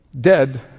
dead